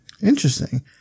Interesting